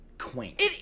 quaint